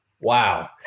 Wow